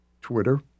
Twitter